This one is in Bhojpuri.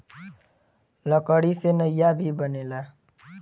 लकड़ी से नईया भी बनेला